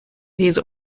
these